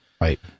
right